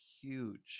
huge